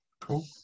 Cool